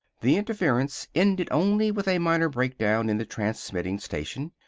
the interference ended only with a minor break-down in the transmitting station.